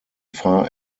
far